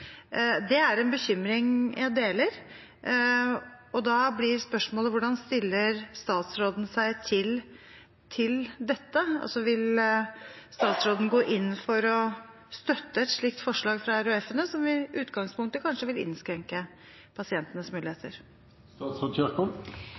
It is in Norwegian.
Det er en bekymring jeg deler. Da blir spørsmålet: Hvordan stiller statsråden seg til dette? Vil statsråden gå inn for å støtte et slikt forslag fra RHF-ene, som i utgangspunktet kanskje vil innskrenke pasientenes